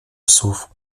psów